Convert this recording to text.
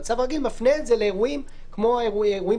המצב הרגיל מפנה לאירועים כמו אירועים